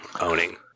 owning